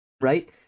Right